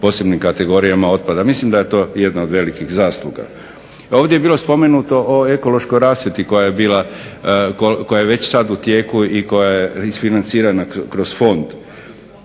posebnim kategorijama otpada. Mislim da je to jedna od velikih zasluga. Ovdje je bilo spomenuto o ekološkoj rasvjeti koja je već sad u tijeku i koja je isfinancirana kroz fond.